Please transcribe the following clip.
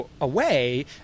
away